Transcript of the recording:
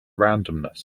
randomness